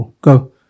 Go